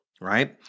right